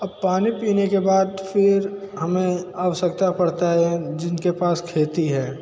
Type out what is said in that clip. अब पानी पीने के बाद फिर हमें आवश्यकता पड़ता है जिनके पास खेती है